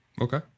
Okay